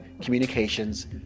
Communications